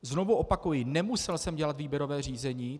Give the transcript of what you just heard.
Znovu opakuji, nemusel jsem dělat výběrové řízení.